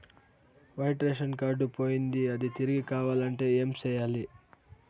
white ration card పోయింది అది తిరిగి కావాలంటే ఏం సేయాలి